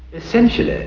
essentially,